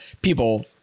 people